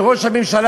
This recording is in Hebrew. וראש הממשלה,